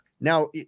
now